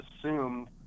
assume